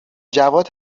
جواد